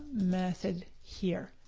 method here.